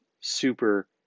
Super